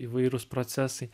įvairūs procesai